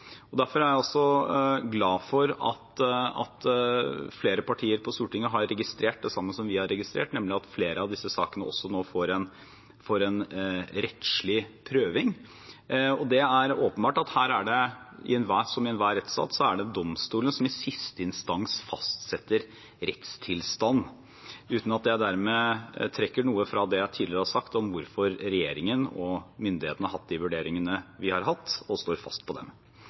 Derfor er jeg glad for at flere partier på Stortinget har registrert det samme som vi har registrert, nemlig at flere av disse sakene nå også får en rettslig prøving. Det er åpenbart at her er det, som i enhver rettsstat, domstolen som i siste instans fastsetter rettstilstand – uten at jeg dermed trekker noe fra det jeg tidligere har sagt om hvorfor regjeringen og myndighetene har hatt de vurderingene vi har hatt, og står fast på dem.